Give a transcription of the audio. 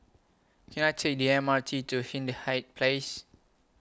Can I Take The M R T to Hindhede Place